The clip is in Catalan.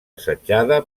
assetjada